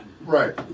Right